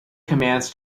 commands